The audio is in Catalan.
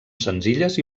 senzilles